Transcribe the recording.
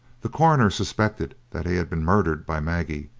the coroner suspected that he had been murdered by maggie,